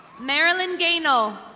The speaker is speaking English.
marilyn gayno.